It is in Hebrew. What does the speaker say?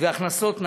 ומהכנסות מהמדינה,